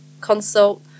consult